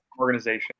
organization